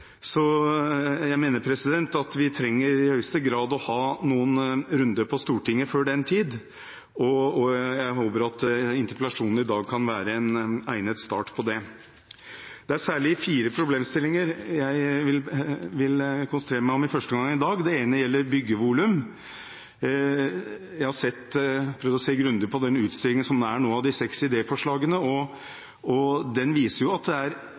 jeg mener at vi i høyeste grad trenger å ha noen runder i Stortinget før den tid. Jeg håper at interpellasjonen i dag kan være en egnet start på det. Det er særlig fire problemstillinger jeg i første omgang vil konsentrere meg om i dag. Den ene gjelder byggevolum. Jeg har prøvd å se grundig på den utstillingen som er nå av de seks idéforslagene. Den viser at det er